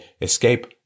escape